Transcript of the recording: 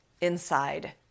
inside